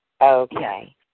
Okay